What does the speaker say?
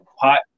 pot